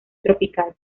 tropical